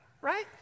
Right